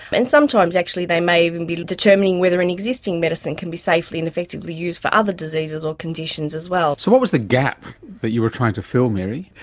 and sometimes actually they may even be determining whether an existing medicine can be safely and effectively used for other diseases or conditions as well. so what was the gap that you were trying to fill, mary?